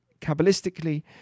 Kabbalistically